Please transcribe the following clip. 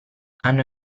hanno